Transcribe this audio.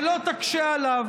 ולא תקשה עליו.